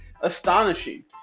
astonishing